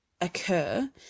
occur